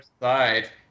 side